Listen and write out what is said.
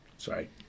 Sorry